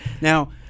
Now